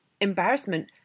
embarrassment